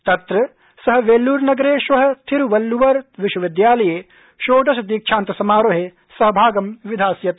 तत्र स वेल्लूसनगरे श्व थिरूवल्लूवर विश्वविद्यालये षोडश दीक्षान्त समारोहे सहभागं विधास्यति